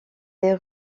des